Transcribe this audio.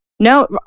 No